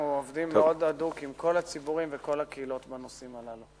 אנחנו עובדים מאוד הדוק עם כל הציבורים וכל הקהילות בנושאים הללו.